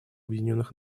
объединенных